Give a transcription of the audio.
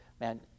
man